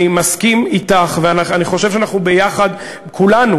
מסכים אתך ואני חושב שאנחנו ביחד כולנו,